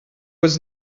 was